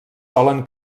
solen